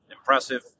impressive